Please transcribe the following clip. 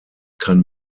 kann